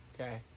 okay